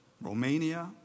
Romania